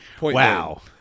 wow